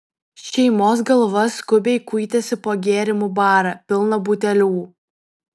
šeimos galva skubiai kuitėsi po gėrimų barą pilną butelių